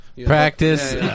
Practice